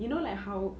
you know like how